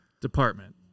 Department